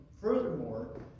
furthermore